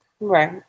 right